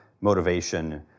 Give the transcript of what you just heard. motivation